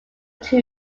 two